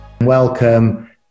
Welcome